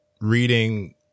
reading